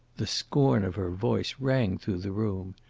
the scorn of her voice rang through the room.